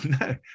no